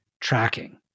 tracking